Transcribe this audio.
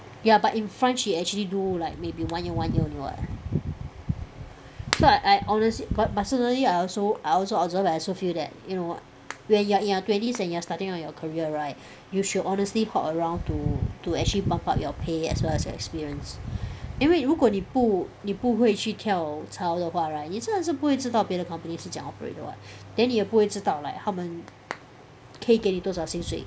ya but in France she actually do like maybe one year one year only [what] so I I honestly per~ personally I also I also observe I also feel that you know when you are in your twenties and you are starting on your career right you should honestly hop around to to actually buck up your pay as well as experience 因为如果你不你不会去跳槽的话 right 你真的是不会知道别的 company 是怎样 operate 的 [what] then 你也不会知道 like 他们 k 给你多少薪水